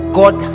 god